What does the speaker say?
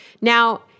Now